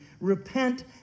Repent